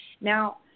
Now